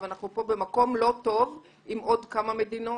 אנחנו פה במקום לא טוב עם עוד כמה מדינות,